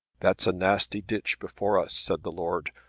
that's a nasty ditch before us, said the lord.